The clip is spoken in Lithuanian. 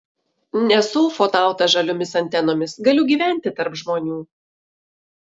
nesu ufonautas žaliomis antenomis galiu gyventi tarp žmonių